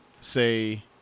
say